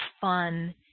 fun